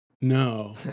No